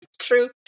True